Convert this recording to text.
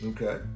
Okay